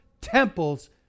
temples